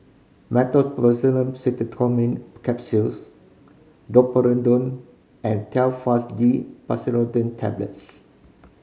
Meteospasmyl Simeticone Capsules Domperidone and Telfast D Pseudoephrine Tablets